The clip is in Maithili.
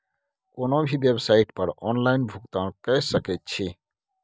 कोनो भी बेवसाइट पर ऑनलाइन भुगतान कए सकैत छी